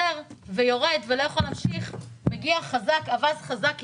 עוצר ויורד ולא יכול להמשיך ואז מגיע אווז חזק איתו,